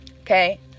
Okay